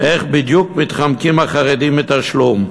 איך בדיוק מתחמקים החרדים מתשלום.